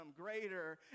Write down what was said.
greater